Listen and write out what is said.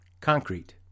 Concrete